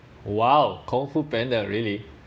!wow! kungfu panda really